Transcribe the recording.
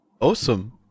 Awesome